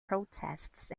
protests